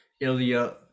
Ilya